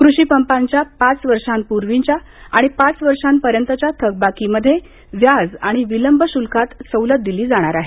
कृषी पंपांच्या पाच वर्षांपूर्वीच्या आणि पाच वर्षापर्यंतच्या थकबाकीमध्ये व्याज आणि विलंब शूल्कात सवलत दिली जाणार आहे